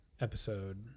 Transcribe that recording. episode